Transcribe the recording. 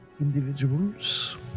individuals